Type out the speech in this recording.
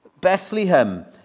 Bethlehem